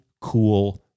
cool